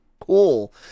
cool